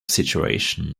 situation